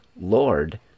Lord